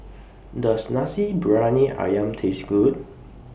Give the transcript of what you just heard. Does Nasi Briyani Ayam Taste Good